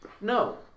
No